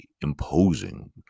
imposing